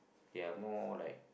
they are more like